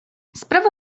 sprawa